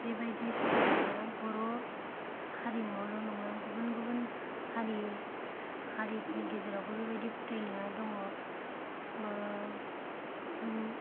बेबायदि फोथायनाया बर' हारिमुआवल' नंङा गुबुन गुबुन हारि हारि फोरनि गेजेराव बो बेबादि फोथायनाया दंङ